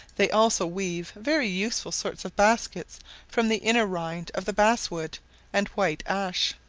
they also weave very useful sorts of baskets from the inner rind of the bass-wood and white ash.